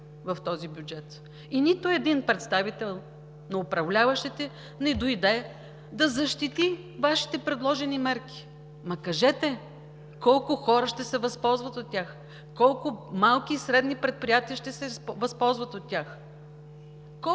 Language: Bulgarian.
в този бюджет и нито един представител на управляващите не дойде да защити Вашите предложени мерки. Ама кажете колко хора ще се възползват от тях, колко малки и средни предприятия ще се възползват от тях?